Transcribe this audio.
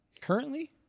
Currently